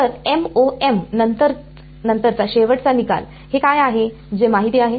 तर MoM नंतरचा शेवटचा निकाल हे काय आहे जे माहित आहे